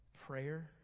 prayer